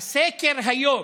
בסקר היום